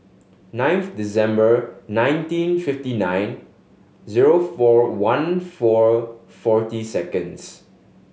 ninth December nineteen fifty nine zero four one four forty seconds